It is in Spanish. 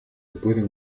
pueden